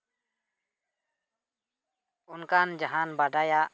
ᱚᱱᱠᱟᱱ ᱡᱟᱦᱟᱱ ᱵᱟᱰᱟᱭᱟᱜ